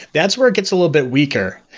that's where it gets a little bit weaker.